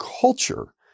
culture